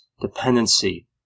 dependency